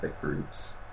groups